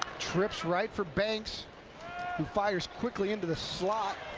trips right for banks who fires quickly into the slot.